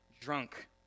drunk